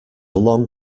long